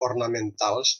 ornamentals